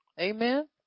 Amen